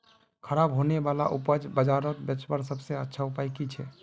ख़राब होने वाला उपज बजारोत बेचावार सबसे अच्छा उपाय कि छे?